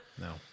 No